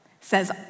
says